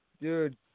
Dude